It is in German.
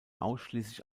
ausschließlich